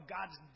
God's